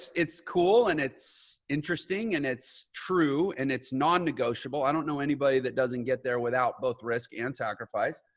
it's cool. and it's interesting and it's true. and it's non-negotiable, i don't know anybody that doesn't get there without both risk and sacrifice.